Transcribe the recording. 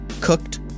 cooked